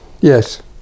yes